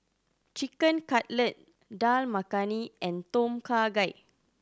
Chicken Cutlet Dal Makhani and Tom Kha Gai